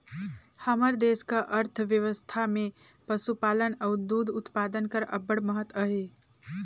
हमर देस कर अर्थबेवस्था में पसुपालन अउ दूद उत्पादन कर अब्बड़ महत अहे